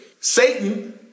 Satan